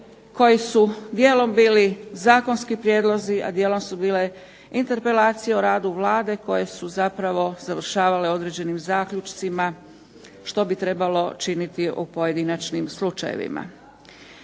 koji su dijelom bili zakonski prijedlozi, a dijelom su bile interpelacije o radu Vlade koje su zapravo završavale određenim zaključcima što bi trebalo činiti u pojedinačnim slučajevima.